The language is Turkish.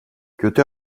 kötü